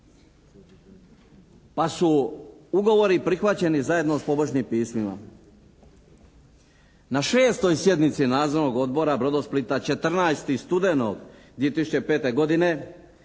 pa su ugovori prihvaćeni zajedno s pomoćnim pismima. Na šestoj sjednici Nadzornog odbora “Brodosplita“ 14. studenog 2005. godine